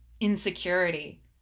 insecurity